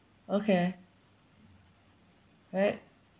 okay alright